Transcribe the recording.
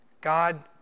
God